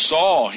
Saul